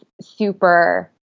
super